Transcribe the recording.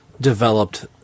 developed